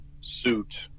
suit